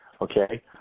Okay